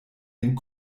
den